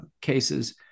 cases